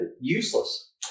useless